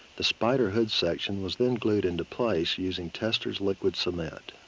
the spyder hood section was then glued into place using testor's liquid cement.